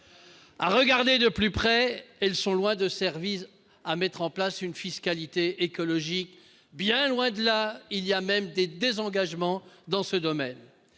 y regarde de plus près, elles sont bien loin de servir à mettre en place une fiscalité écologique ; il y a même des désengagements dans ce domaine.